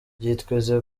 vyitezwe